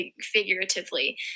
figuratively